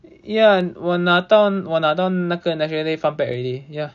ya 我拿到我拿到那个 national fun pack already ya